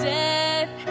death